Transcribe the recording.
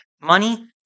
money